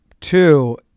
Two